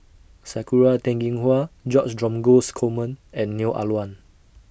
Sakura Teng Ying Hua George Dromgold Coleman and Neo Ah Luan